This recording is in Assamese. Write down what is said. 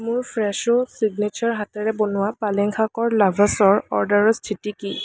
মোৰ ফ্ৰেছো চিগনেচাৰ হাতেৰে বনোৱা পালেং শাকৰ লাভাছৰ অৰ্ডাৰৰ স্থিতি কি